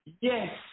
Yes